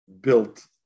built